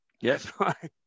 Yes